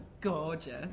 gorgeous